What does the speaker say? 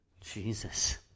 Jesus